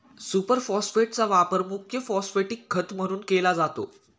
super फॉस्फेटचा वापर मुख्य फॉस्फॅटिक खत म्हणून केला जातो